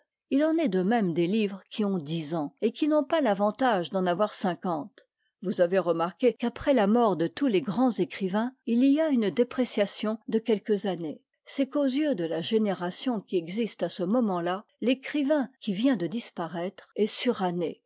il en est de même des livres qui ont dix ans et qui n'ont pas l'avantage d'en avoir cinquante vous avez remarqué qu'après la mort de tous les grands écrivains il y a une dépréciation de quelques années c'est qu'aux yeux de la génération qui existe à ce moment-là l'écrivain qui vient de disparaître est suranné